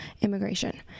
immigration